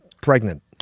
pregnant